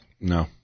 no